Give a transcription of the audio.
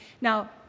Now